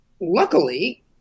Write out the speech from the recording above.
luckily